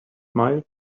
smiled